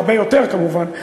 הרבה יותר כמובן,